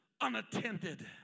unattended